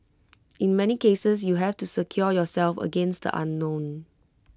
in many cases you have to secure yourself against the unknown